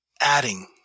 adding